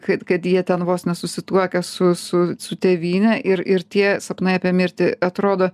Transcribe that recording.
kad kad jie ten vos ne susituokę su su su tėvyne ir ir tie sapnai apie mirtį atrodo